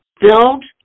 Build